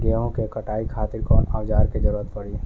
गेहूं के कटाई खातिर कौन औजार के जरूरत परी?